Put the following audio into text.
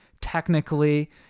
technically